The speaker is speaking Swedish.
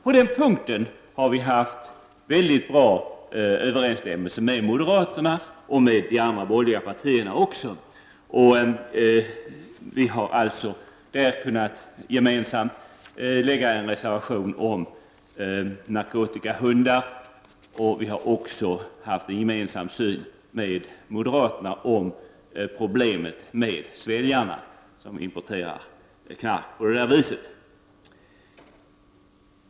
På den punkten har vi haft god överensstämmelse med moderaterna och också de andra borgerliga partierna. Vi har alltså där en gemensam reservation om narkotikahundar. Vi har också haft samma syn som moderaterna på problemet med ”sväljarna”, som importerar knark genom att svälja det.